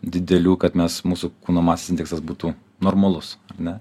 didelių kad mes mūsų kūno masės indeksas būtų normalus ne